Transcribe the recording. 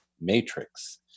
matrix